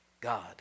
God